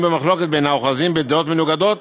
במחלוקת בין האוחזים בדעות מנוגדות.